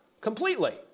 completely